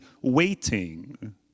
waiting